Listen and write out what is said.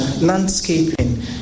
landscaping